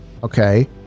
okay